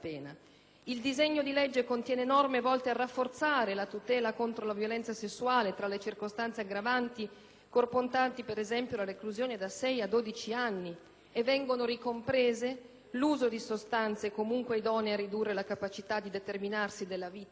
provvedimento contiene norme volte a rafforzare la tutela contro la violenza sessuale tra le circostanze aggravanti, comportanti, per esempio, la reclusione da 6 a 12 anni; inoltre vengono ricompresi l'uso di sostanze comunque idonee a ridurre la capacità di determinarsi della vittima